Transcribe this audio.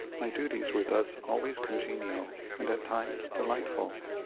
my duties were thus always congenial, and at times delightful.